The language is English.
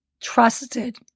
trusted